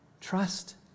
trust